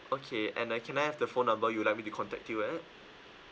okay and uh can I have the phone number you'd like me to contact you at